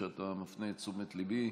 טוב שאתה מפנה את תשומת ליבי.